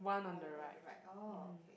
one on the right orh okay